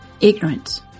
ignorance